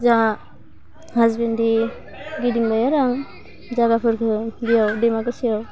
जोंहा हासबेन्डजों गिदिंबाय आरो आं जागाफोरखौ दैयाव डैमाकुसियाव